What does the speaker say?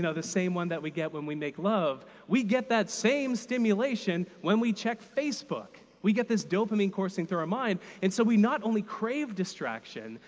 the same one that we get when we make love. we get that same stimulation when we check facebook. we get this dopamine coursing through our mind. and so we not only crave distraction,